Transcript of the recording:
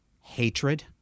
hatred